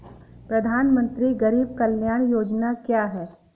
प्रधानमंत्री गरीब कल्याण योजना क्या है?